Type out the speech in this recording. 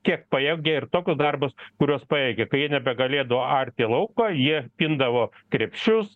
kiek pajėgė ir tokius darbus kuriuos pajėgė kai jie nebegalėdavo arti lauko jie pindavo krepšius